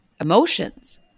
emotions